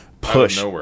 Push